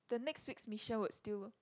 the next week's mission would still